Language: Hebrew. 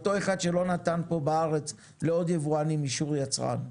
לאותו אחד שלא נתן פה בארץ לעוד יבואנים אישור יצרן.